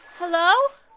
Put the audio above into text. Hello